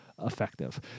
effective